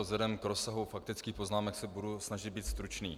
Vzhledem k rozsahu faktických poznámek se budu snažit být stručný.